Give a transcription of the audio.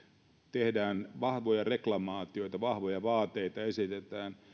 tehdään vahvoja reklamaatioita vahvoja vaateita esitetään